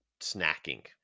snacking